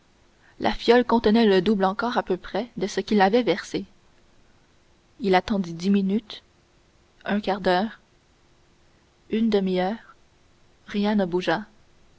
la fiole contenait le double encore à peu près de ce qu'il avait versé il attendit dix minutes un quart d'heure une demi-heure rien ne bougea